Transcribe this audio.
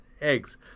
eggs